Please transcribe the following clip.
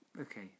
Okay